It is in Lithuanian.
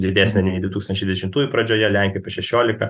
didesnė nei du tūkstančiai dvidešimtųjų pradžioje lenkijos apie šešiolika